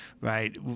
right